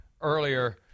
earlier